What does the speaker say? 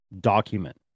document